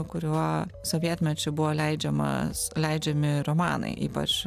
kuriuo sovietmečiu buvo leidžiamas leidžiami romanai ypač